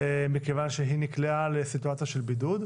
מכיוון שהיא נקלעה לסיטואציה של בידוד.